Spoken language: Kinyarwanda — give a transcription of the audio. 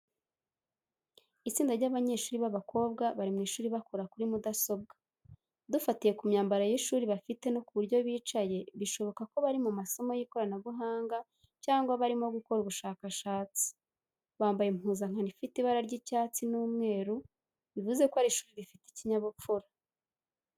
Itsinda ry’abanyeshuri b’abakobwa bari mu ishuri bakora kuri mudasobwa. Dufatiye ku myambaro y’ishuri bafite no ku buryo bicaye, bishoboka ko bari mu masomo y’ikoranabuhanga cyangwa barimo gukora ubushakashatsi. Bambaye impuzankano ifite ibara ry’icyatsi n'umweru, bivuze ko ari ishuri rifite ikinyabupfura.